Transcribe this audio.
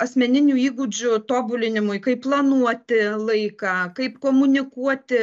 asmeninių įgūdžių tobulinimui kaip planuoti laiką kaip komunikuoti